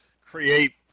create